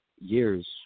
years